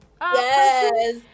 yes